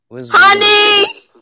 Honey